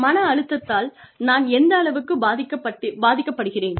மன அழுத்தத்தால் நான் எந்த அளவு பாதிக்கப்படுகிறேன்